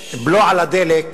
הבלו על הדלק,